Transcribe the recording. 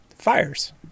fires